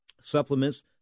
supplements